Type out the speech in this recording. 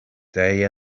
day